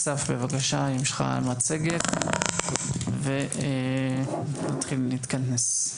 אסף, בבקשה אם יש לך מצגת ונתחיל להתכנס.